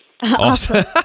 Awesome